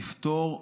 הוא יפתור,